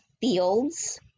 Fields